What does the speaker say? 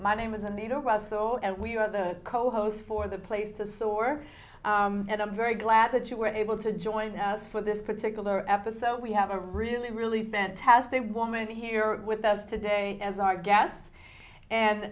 my name is inigo us oh and we are the co host for the place the store and i'm very glad that you were able to join us for this particular episode we have a really really fantastic woman here with us today as our g